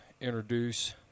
introduce